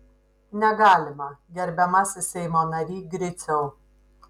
negalima gerbiamasis seimo nary griciau